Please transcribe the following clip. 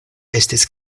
estis